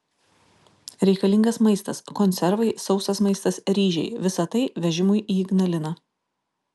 reikalingas maistas konservai sausas maistas ryžiai visa tai vežimui į ignaliną